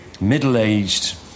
middle-aged